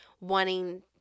wanting